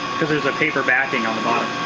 because there's a paper backing on the bottom.